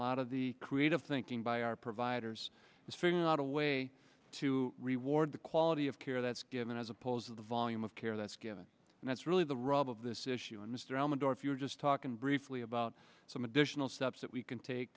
lot of the creative thinking by our providers is figuring out a way to reward the quality of care that's given as opposed to the volume of care that's given and that's really the rub of this issue and mr elmendorf you were just talking briefly about some additional steps that we can take